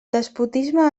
despotisme